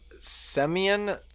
Semyon